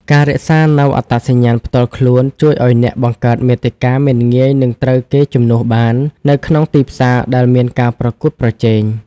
ការរក្សានូវអត្តសញ្ញាណផ្ទាល់ខ្លួន ជួយឱ្យអ្នកបង្កើតមាតិកាមិនងាយនឹងត្រូវគេជំនួសបាននៅក្នុងទីផ្សារដែលមានការប្រកួតប្រជែង។